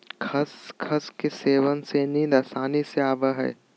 खसखस के सेवन से नींद आसानी से आवय हइ